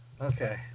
Okay